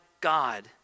God